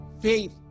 faith